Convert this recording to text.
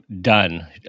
Done